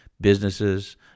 businesses